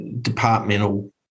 departmental